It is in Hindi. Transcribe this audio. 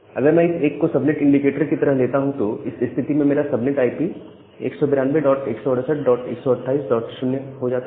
अगर मैं इस 1 को सबनेट इंडिकेटर की तरह लेता हूं तो इस स्थिति में मेरा सबनेट आईपी 192168128 0 हो जाता है